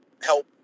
help